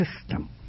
system